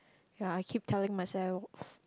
ya I keep telling myself